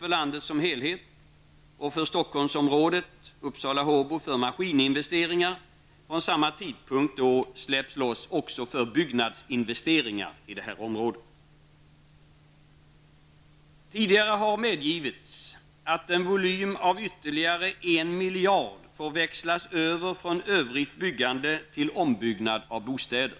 För Stockholmsområdet, Uppsala och Håbo har fonderna från samma tidpunkt släppts när det gäller maskininvesteringar och släpps nu loss också för bygginvesteringar i det här området. Tidigare har medgivits att den volym som omfattar ytterligare en miljard får växlas över från övrigt byggande till ombyggnad av bostäder.